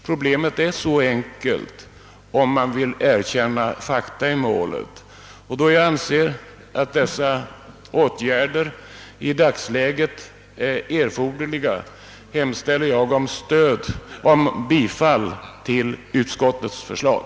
Problemet är enkelt, om man vill erkänna fakta i målet. Då jag anser att dessa åtgärder i dagens läge är erforderliga, hemställer jag om bifall till utskottets förslag.